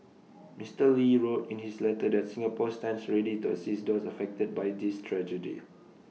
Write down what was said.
Mister lee wrote in his letter that Singapore stands ready to assist those affected by this tragedy